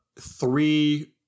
three –